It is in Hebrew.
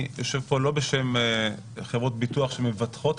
אני לא יושב פה בשם חברות ביטוח שמבטחות,